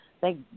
thank